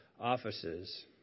offices